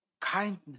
kindness